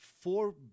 four